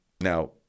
Now